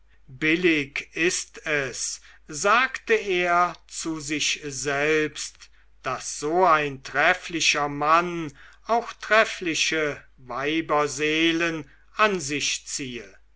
billig ist es sagte er zu sich selbst daß so ein trefflicher mann auch treffliche weiberseelen an sich ziehe